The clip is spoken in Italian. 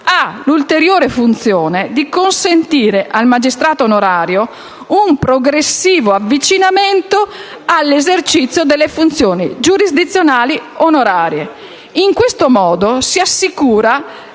ha l'ulteriore funzione di consentire al magistrato onorario un progressivo avvicinamento all'esercizio delle funzioni giurisdizionali onorarie. In questo modo si assicura